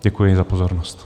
Děkuji za pozornost.